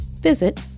visit